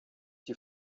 die